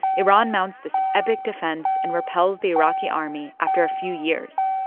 iran mounts this epic defense and repels the iraqi army after a few years.